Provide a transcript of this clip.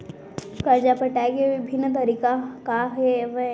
करजा पटाए के विभिन्न तरीका का हवे?